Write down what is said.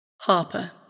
Harper